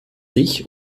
sich